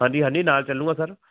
ਹਾਂਜੀ ਹਾਂਜੀ ਨਾਲ਼ ਚੱਲੂਗਾ ਸਰ